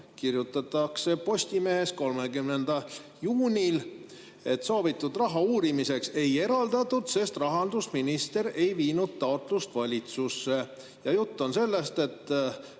kirjutati 30. juunil, et soovitud raha uurimiseks ei eraldatud, sest rahandusminister ei viinud taotlust valitsusse. Juttu on sellest, et